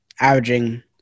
averaging